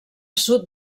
sud